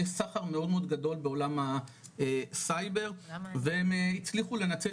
יש סחר מאוד מאוד גדול בעולם הסייבר והם הצליחו לנצל